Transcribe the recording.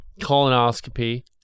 colonoscopy